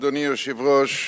אדוני היושב-ראש,